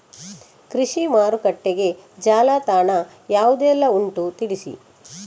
ಕೃಷಿ ಮಾರುಕಟ್ಟೆಗೆ ಜಾಲತಾಣ ಯಾವುದೆಲ್ಲ ಉಂಟು ತಿಳಿಸಿ